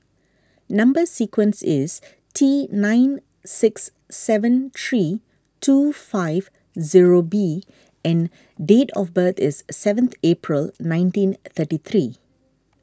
Number Sequence is T nine six seven three two five zero B and date of birth is seventh April nineteen thirty three